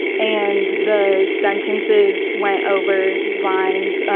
and the sentences went over lines.